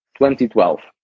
2012